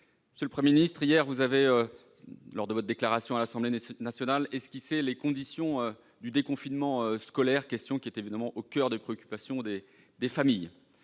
Monsieur le Premier ministre, hier, lors de votre déclaration devant l'Assemblée nationale, vous avez esquissé les conditions du déconfinement scolaire, question qui est évidemment au coeur des préoccupations des familles.